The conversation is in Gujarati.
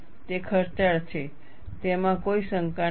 તે ખર્ચાળ છે તેમાં કોઈ શંકા નથી